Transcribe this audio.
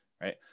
right